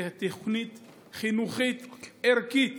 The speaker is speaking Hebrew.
כתוכנית חינוכית ערכית,